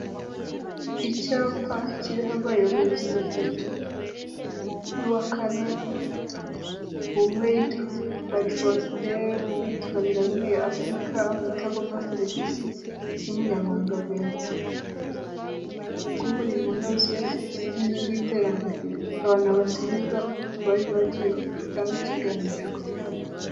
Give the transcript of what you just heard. Icyapa kiriho abayobozi batatu n'uwa kane, umwe yitwa Mwambari Faustin undi yitwa Biraboneye Africain, Mutagombwa Felix, Munyaburanga vincent, ubumenyi bw'umurimo unoze ink'inkingi y'iterambere, aba ni abatumirwa bari bagiye gutanga ikiganiro kuri radiyo.